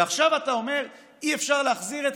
ועכשיו אתה אומר: אי-אפשר להחזיר את